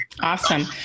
Awesome